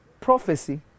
prophecy